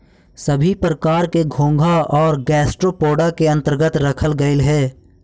सभी प्रकार के घोंघा को गैस्ट्रोपोडा के अन्तर्गत रखल गेलई हे